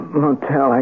motel